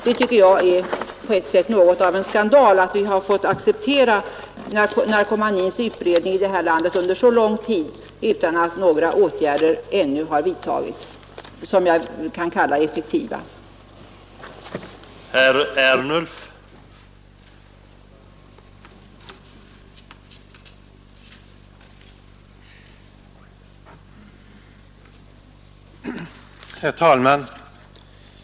Jag tycker att det är något av en skandal att vi har fått acceptera narkomanins utbredning här i landet under så lång tid utan att några åtgärder, som jag kan kalla effektiva, ännu har vidtagits.